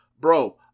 bro